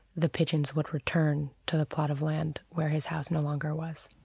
the pigeons would return to the plot of land where his house no longer was.